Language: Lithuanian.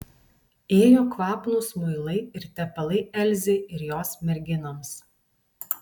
ėjo kvapnūs muilai ir tepalai elzei ir jos merginoms